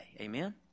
Amen